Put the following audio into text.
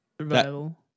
Survival